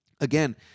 again